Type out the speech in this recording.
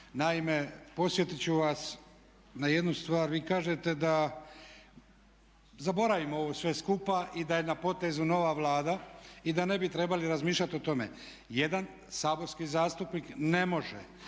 Naime, podsjetiti ću vas na jednu stvar. Vi kažete da zaboravimo ovo sve skupa i da je na potezu nova Vlada i da ne bi trebali razmišljati o tome. Jedan saborski zastupnik ne može